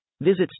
Visit